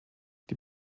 die